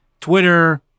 Twitter